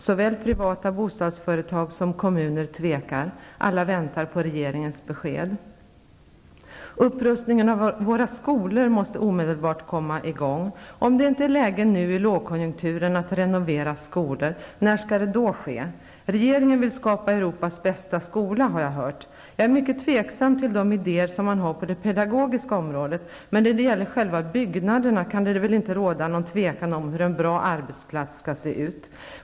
Såväl privata bostadsföretag som kommuner tvekar. Alla väntar på regeringens besked. Upprustningen av våra skolor måste omedelbart komma i gång. Om det inte är läge nu i lågkonjunkturen att renovera skolor, när skall det då ske? Regeringen vill skapa Europas bästa skola, har jag hört. Jag är mycket tveksam till de idéer som man har på det pedagogiska området, men när det gäller själva byggnaderna kan det väl inte råda någon tvekan om hur en bra arbetsplats kan se ut?